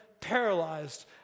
paralyzed